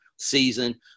season